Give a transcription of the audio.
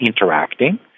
interacting